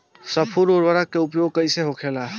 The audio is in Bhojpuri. स्फुर उर्वरक के उपयोग कईसे होखेला?